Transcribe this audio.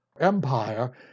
Empire